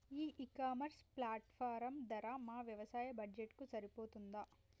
ఈ e commerce platform ధర మా వ్యవసాయ బడ్జెట్ కు సరిపోతుందా?